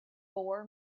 four